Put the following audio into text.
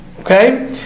Okay